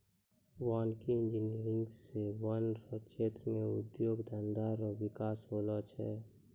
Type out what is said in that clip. वानिकी इंजीनियर से वन रो क्षेत्र मे उद्योग धंधा रो बिकास होलो छै